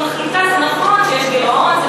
זה נכון שיש גירעון,